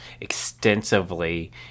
extensively